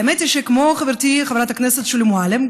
האמת היא שכמו חברתי חברת הכנסת שולי מועלם,